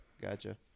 Gotcha